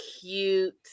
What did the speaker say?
cute